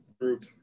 group